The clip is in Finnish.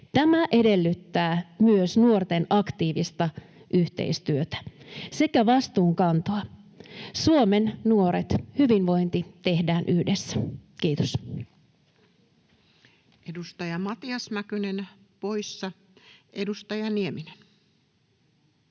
Tämä edellyttää myös nuorten aktiivista yhteistyötä sekä vastuunkantoa. Suomen nuoret, hyvinvointi tehdään yhdessä. — Kiitos. [Speech 280] Speaker: Toinen varapuhemies